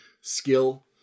skill